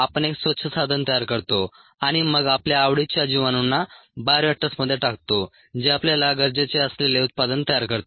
आपण एक स्वच्छ साधन तयार करतो आणि मग आपल्या आवडीच्या जीवाणूंना बायोरिएक्टर्समध्ये टाकतो जे आपल्याला गरजेचे असलेले उत्पादन तयार करते